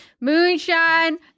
Moonshine